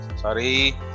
Sorry